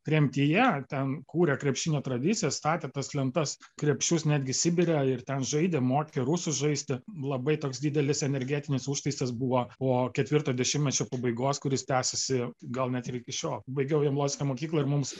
tremtyje ten kūrė krepšinio tradicijas statė tas lentas krepšius netgi sibire ir ten žaidė mokė rusus žaisti labai toks didelis energetinis užtaisas buvo po ketvirto dešimtmečio pabaigos kuris tęsiasi gal net ir iki šiol baigiau jablonskio mokyklą ir mums